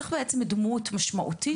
צריך דמות משמעותית.